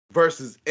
versus